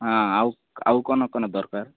ହଁ ଆଉ ଆଉ କନ କନ ଦରକାର